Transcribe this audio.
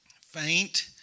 Faint